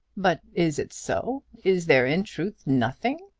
but is it so? is there in truth nothing?